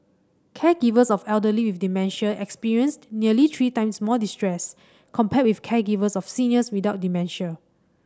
caregivers of elderly with dementia experienced nearly three times more distress compared with caregivers of seniors without dementia